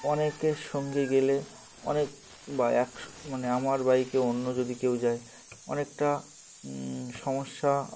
অনেকের সঙ্গে গেলে অনেক বা এক মানে আমার বাইকে অন্য যদি কেউ যায় অনেকটা সমস্যার